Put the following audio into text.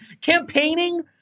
Campaigning